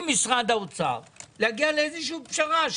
עם משרד האוצר להגיע לאיזו פשרה,